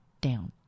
down